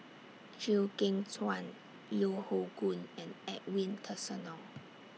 Chew Kheng Chuan Yeo Hoe Koon and Edwin Tessensohn